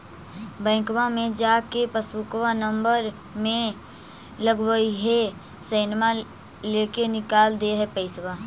बैंकवा मे जा के पासबुकवा नम्बर मे लगवहिऐ सैनवा लेके निकाल दे है पैसवा?